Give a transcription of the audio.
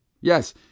Yes